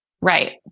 Right